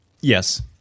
Yes